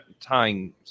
tying